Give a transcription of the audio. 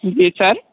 जी sir